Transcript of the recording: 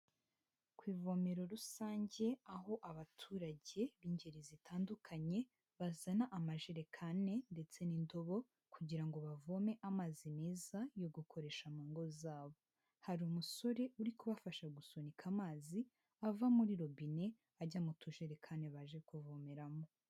Ku ivomero rusange aho abaturage b'ingeri zitandukanye bazana amajerekani ndetse n'indobo kugira bavome amazi meza yo gukoresha mu ngo zabo, hari umusore uri kubafasha gusunika amazi ava muri robine ajya mu tujerekani baje kuvomeramo.